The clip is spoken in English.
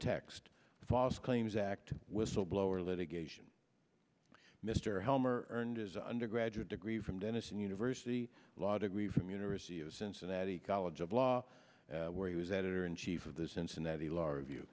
text false claims act whistleblower litigation mr helmer and his undergraduate degree from denison university law degree from university of cincinnati college of law where he was editor in chief of the cincinnati law review